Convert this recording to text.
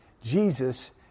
Jesus